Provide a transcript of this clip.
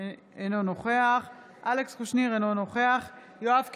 אינו נוכח אלכס קושניר, אינו נוכח יואב קיש,